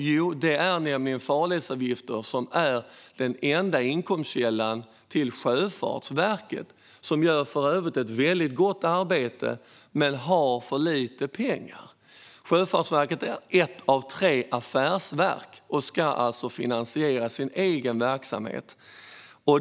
Jo, farledsavgifter och lotsavgifter är nämligen den enda inkomstkällan för Sjöfartsverket, som för övrigt gör ett väldigt gott arbete men har för lite pengar. Sjöfartsverket är ett av tre affärsverk och ska alltså finansiera sin egen verksamhet.